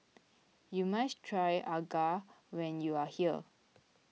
you must try Acar when you are here